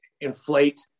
inflate